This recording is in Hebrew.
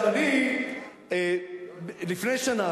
אבל זה, כל המדינה.